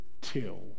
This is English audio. Till